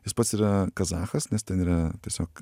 jis pats yra kazachas nes ten yra tiesiog